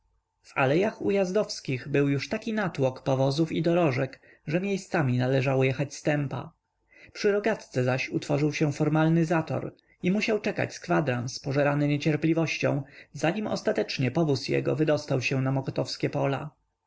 alejach ujazdowskich był juz taki natłok powozów i dorożek że miejscami należało jechać stępa przy rogatce zaś utworzył się formalny zator i musiał czekać z kwadrans pożerany niecierpliwością zanim ostatecznie powóz jego wydostał się na mokotowskie pola